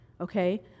okay